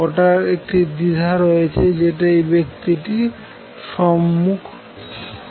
ওটার একটি দ্বিধা রয়েছে যেটা এটি ব্যক্তিটি সম্মুখ হয়েছে